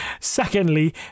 secondly